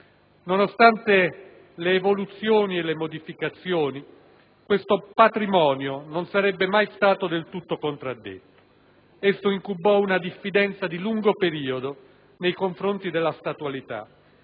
Nonostante le evoluzioni e le modificazioni, questo patrimonio non sarebbe mai stato del tutto contraddetto. Esso incubò una diffidenza di lungo periodo nei confronti della statualità